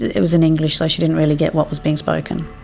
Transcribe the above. it was in english so she didn't really get what was being spoken.